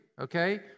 okay